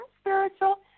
spiritual